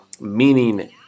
meaning